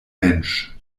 mensch